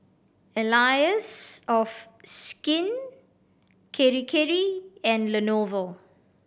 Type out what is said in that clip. Allies of Skin Kirei Kirei and Lenovo